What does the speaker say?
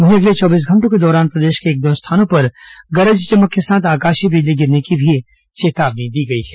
वहीं अगले चौबीस घंटों के दौरान प्रदेश के एक दो स्थानों पर गरज चमक के साथ आकाशीय बिजली गिरने की भी चेतावनी दी गई है